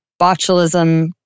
botulism